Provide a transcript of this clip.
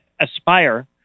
aspire